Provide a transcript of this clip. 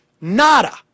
Nada